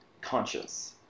conscious